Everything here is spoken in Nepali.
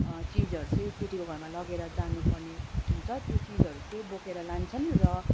चिजहरू चाहिँ केटीको घरमा लगेर जान पर्ने हुन्छ त्यो चिजहरू चाहिँ बोकेर लान्छन् र